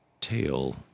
tail